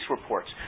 reports